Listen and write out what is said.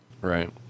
Right